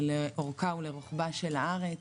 לאורכה ולרוחבה של הארץ.